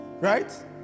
Right